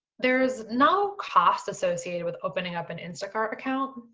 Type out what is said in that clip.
there's no cost associated with opening up an instacart account,